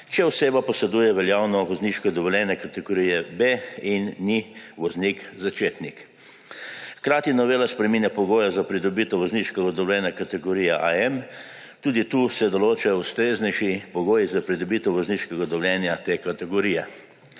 če oseba poseduje veljavno vozniško dovoljenje kategorije B in ni voznik začetnik. Hkrati novela spreminja pogoje za pridobitev vozniškega dovoljenja AM. Tudi tu se določajo ustreznejši pogoji za pridobitev vozniškega dovoljenja te kategorije.